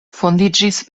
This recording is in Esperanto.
fondiĝis